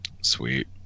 Sweet